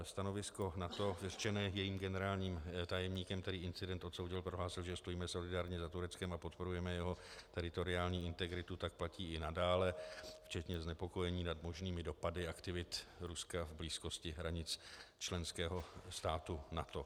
Stanovisko NATO vyřčené jejím generálním tajemníkem, který incident odsoudil, prohlásil, že stojíme solidárně za Tureckem a podporujeme jeho teritoriální integritu, platí i nadále včetně znepokojení nad možnými dopady aktivit Ruska v blízkosti hranic členského státu NATO.